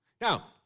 Now